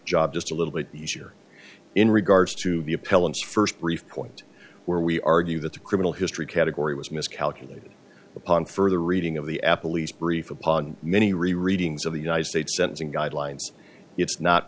job just a little bit easier in regards to the appellants first brief point where we argue that the criminal history category was miscalculated upon further reading of the apple lease brief upon many readings of the united states sentencing guidelines it's not